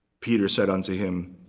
peter said unto him,